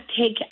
take